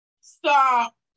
Stop